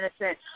innocent